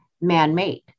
man-made